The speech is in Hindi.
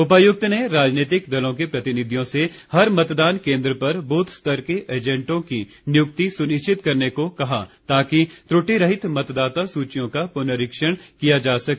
उपायुक्त ने राजनीतिक दलों के प्रतिनिधियों से हर मतदान केन्द्र पर बूथ स्तर के एजेंटों की नियुक्ति सुनिश्चित करने को कहा ताकि त्रुटि रहित मतदाता सूचियों का पुनरीक्षण किया जा सके